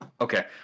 Okay